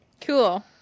Cool